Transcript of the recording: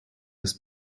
des